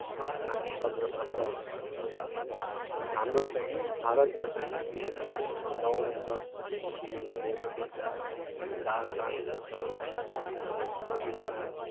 आफ्नो आफ्नो सत्र सत्रअनुसार हुन्छ र हाम्रो चाहिँ भारतमा चाहिँ बिहान नौ या दस बजीदेखि लिएर बेलुका बेलुकी चार पाँच बजीसम्म उयो हुन्छ बिचमा